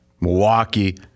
Milwaukee